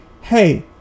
hey